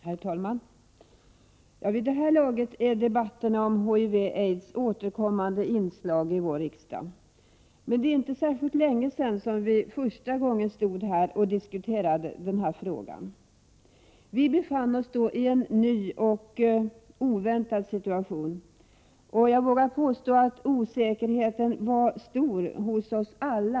Herr talman! Vid det här laget är debatterna om HIV/aids ett återkommande inslag här i riksdagen. Men det är inte särskilt länge sedan vi första gången stod här och diskuterade denna fråga. Vi befann oss då i en ny och oväntad situation. Jag vågar påstå att osäkerheten var stor hos oss alla.